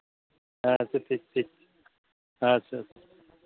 ᱟᱪᱪᱷᱟ ᱴᱷᱤᱠ ᱴᱷᱤᱠ ᱦᱮᱸ